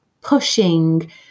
pushing